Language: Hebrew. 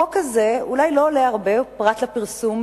החוק הזה אולי לא עולה הרבה, פרט לפרסום.